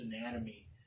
anatomy